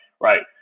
Right